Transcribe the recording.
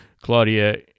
Claudia